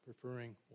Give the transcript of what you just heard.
preferring